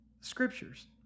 scriptures